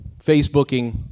Facebooking